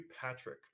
Patrick